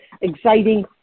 exciting